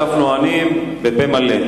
האופנוענים, בפה מלא.